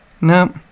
No